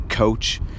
coach